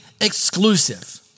exclusive